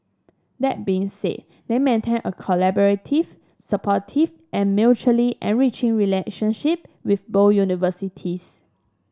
that being said they maintain a collaborative supportive and mutually enriching relationship with both universities